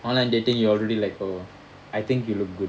online dating you already like oh I think you look good